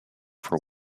for